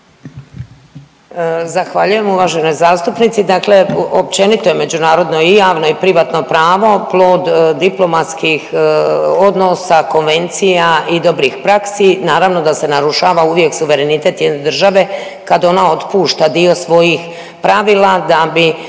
Zahvaljujem uvaženoj zastupnici. Dakle općenito je međunarodno i javno i privatno pravo plod diplomatskih odnosa, konvencija i dobrih praksi. Naravno da se narušava uvijek suverenitet jedne države kad ona otpušta dio svojih pravila da bi